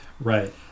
right